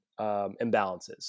imbalances